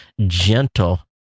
gentle